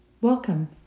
welcome